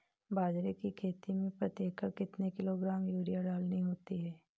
बाजरे की खेती में प्रति एकड़ कितने किलोग्राम यूरिया डालनी होती है?